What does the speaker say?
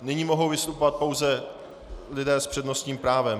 Nyní mohou vystupovat pouze lidé s přednostním právem.